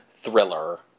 thriller